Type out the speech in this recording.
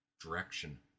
direction